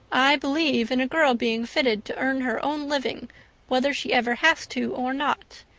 i believe in a girl being fitted to earn her own living whether she ever has to or not.